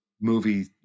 movie